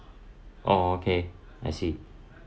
oh okay I see